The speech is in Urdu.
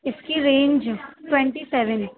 اس کی رینج ٹوینٹی سیون ہے